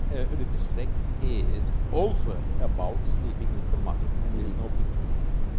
oedipus rex is also about sleeping with the mother, and there is no picture of it.